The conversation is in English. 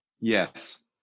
Yes